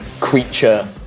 creature